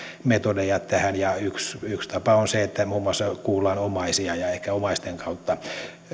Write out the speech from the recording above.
metodeja tähän yksi yksi tapa on se että muun muassa kuullaan omaisia ja ehkä omaisten kautta